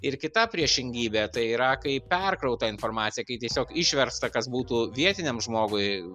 ir kita priešingybė tai yra kai perkrauta informacija kai tiesiog išversta kas būtų vietiniam žmogui